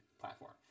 platform